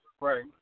right